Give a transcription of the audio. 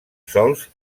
sòls